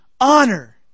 honor